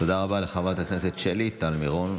תודה רבה לחברת הכנסת שלי טל מירון.